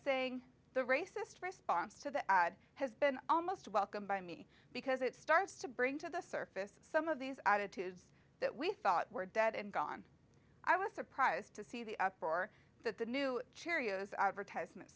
saying the racist response to the ad has been almost welcomed by me because it starts to bring to the surface some of these attitudes that we thought were dead and gone i was surprised to see the uproar that the new cheerios advertisement